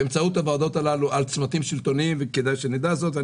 שלטוניים באמצעות הוועדות הללו וכדאי שנדע זאת.